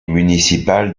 municipal